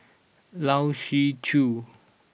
Lai Siu Chiu